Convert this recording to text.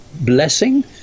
blessing